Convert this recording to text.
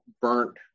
burnt